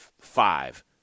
five